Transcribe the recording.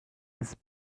this